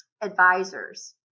Advisors